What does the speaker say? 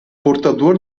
portador